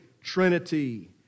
Trinity